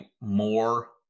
more